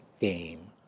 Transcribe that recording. game